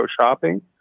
shopping